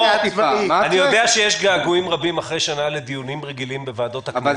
אני יודע שיש געגועים רבים אחרי שנה לדיונים רגילים בוועדות הכנסת,